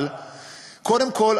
אבל קודם כול,